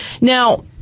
Now